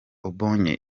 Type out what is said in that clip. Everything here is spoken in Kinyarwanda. abonye